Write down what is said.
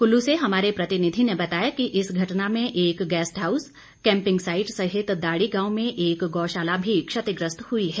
कुल्लू से हमारे प्रतिनिधि ने बताया कि इस घटना में एक गैस्टहाउस कैंपिंग साईट सहित दाड़ी गांव में एक गौशाला भी क्षतिग्रस्त हुई है